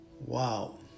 Wow